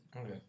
Okay